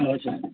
راجا